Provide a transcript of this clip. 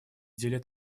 деле